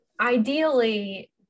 ideally